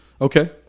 Okay